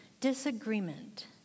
disagreement